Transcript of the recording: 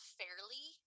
fairly